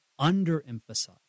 underemphasize